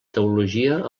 teologia